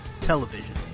television